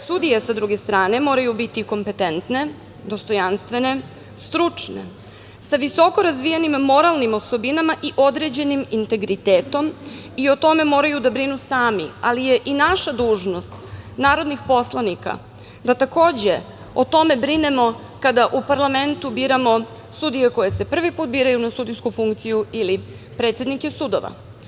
S druge strane, sudije moraju biti kompetentne, dostojanstvene, stručne, sa visoko razvijenim moralnim osobinama i određenim integritetom i o tome moraju da brinu sami, ali je naša dužnost, narodnih poslanika, da takođe o tome brinemo kada u parlamentu biramo sudije koji se prvi put biraju na sudijsku funkciju ili predsednike sudova.